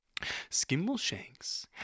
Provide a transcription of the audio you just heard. Skimbleshanks